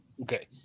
Okay